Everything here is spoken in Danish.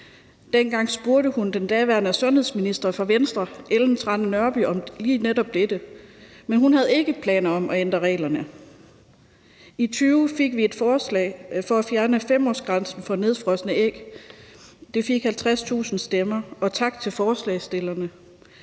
Dengang spurgte hun den daværende sundhedsminister fra Venstre, Ellen Trane Nørby, om lige netop dette, men ministeren havde ikke planer om at ændre reglerne. I 2020 fik vi et borgerforslag om at fjerne 5-årsgrænsen for nedfrosne æg. Det fik 50.000 underskrifter, og tak til forslagsstillerne.